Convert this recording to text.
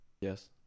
Yes